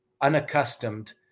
unaccustomed